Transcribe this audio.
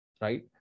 right